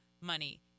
money